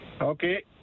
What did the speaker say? okay